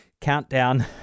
countdown